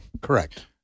Correct